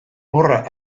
horra